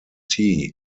tea